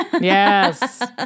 Yes